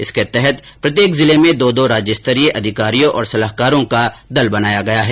इसके तहत प्रत्येक जिले में दो दो राज्य स्तरीय अधिकारियों और सलाहकारों का दल बनाया गया है